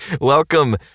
Welcome